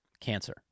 cancer